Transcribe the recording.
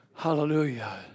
Hallelujah